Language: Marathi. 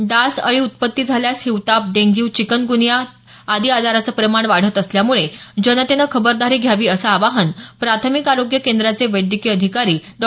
डास अळी उत्पती झाल्यास हिवताप डेंग्यू चिकनगुनिया त्यादी आजाराचे प्रमाण वाढत असल्यामुळे जनतेनं खरबरदारी घ्यावी असं आवाहन प्राथमिक आरोग्य केंद्राचे वैद्यकीय अधिकारी डॉ